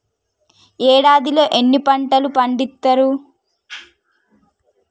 ఏడాదిలో ఎన్ని పంటలు పండిత్తరు?